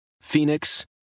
Phoenix